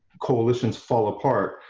coalition's fall apart,